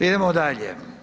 Idemo dalje.